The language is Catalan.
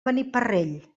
beniparrell